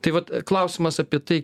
tai vat klausimas apie tai